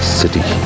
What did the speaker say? city